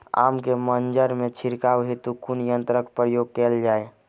आम केँ मंजर मे छिड़काव हेतु कुन यंत्रक प्रयोग कैल जाय?